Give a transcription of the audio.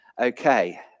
okay